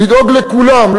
לדאוג לכולם,